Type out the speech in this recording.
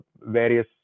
various